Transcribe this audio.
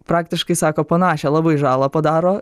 praktiškai sako panašią labai žalą padaro